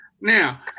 Now